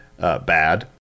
Bad